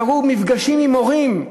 היו מפגשים עם הורים,